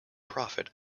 profit